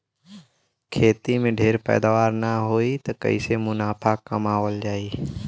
खेती में ढेर पैदावार न होई त कईसे मुनाफा कमावल जाई